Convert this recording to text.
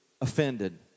offended